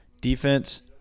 Defense